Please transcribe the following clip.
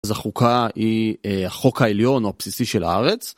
אז החוקה היא החוק העליון או הבסיסי של הארץ.